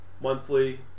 Monthly